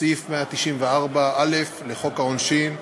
סעיף 194א לחוק העונשין,